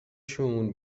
شون